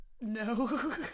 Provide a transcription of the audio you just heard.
No